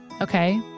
okay